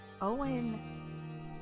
Owen